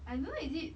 I don't know is it